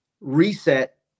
reset